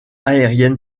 aérienne